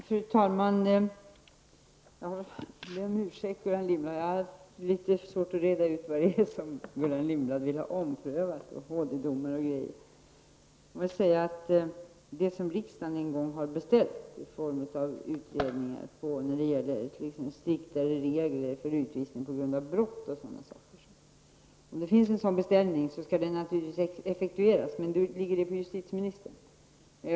Fru talman! Jag ber om ursäkt, men jag har litet svårt att reda ut vad det är som Gullan Lindblad vill ha omprövat, HD-domen och allt vad det är. Jag vill säga att om rikdagen en gång har beställt en utredning om striktare regler för utvisning på grund av brott, skall den beställningen naturligtvis effektueras, men det ligger på justitieministern att göra det.